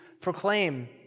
proclaim